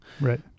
Right